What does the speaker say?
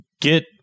get